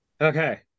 Okay